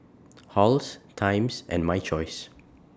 Halls Times and My Choice